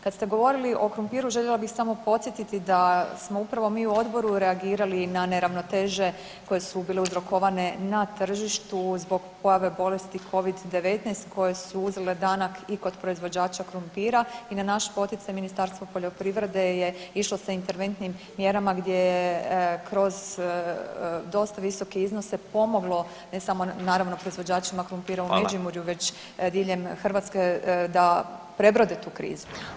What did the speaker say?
Kad ste govorili o krumpiru željela bih samo podsjetiti da smo upravo mi u odboru reagirali na neravnoteže koje su bile uzrokovane na tržištu zbog pojave bolesti Covid-19 koje su uzele danak i kod proizvođača krumpira i na naš poticaj Ministarstvo poljoprivrede je išlo sa interventnim mjerama gdje je kroz dosta visoke iznose pomoglo ne samo naravno proizvođačima krumpira u Međimurju već diljem Hrvatske da prebrode tu krizu.